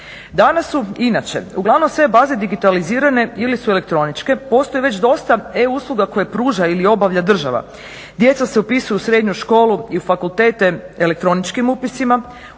Danas su inače, uglavnom sve baze digitalizirane, ili su elektroničke, postoji već dosta e-usluga koje pruža ili obavlja država, djeca se upisuju u srednju školu i fakultete elektroničkim upisima,